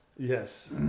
Yes